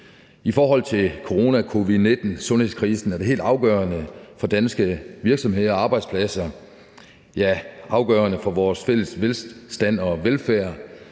I forhold til corona, covid-19 og sundhedskrisen, er det helt afgørende for danske virksomheder og arbejdspladser – ja, afgørende for vores fælles velstand og velfærd,